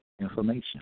information